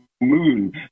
moon